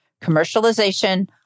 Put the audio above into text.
commercialization